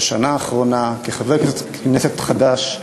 בשנה האחרונה כחבר כנסת חדש,